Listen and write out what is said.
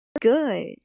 good